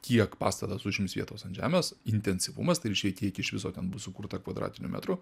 kiek pastatas užims vietos ant žemės intensyvumas tai reiškia kiek iš viso ten bus sukurta kvadratinių metrų